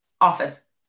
Office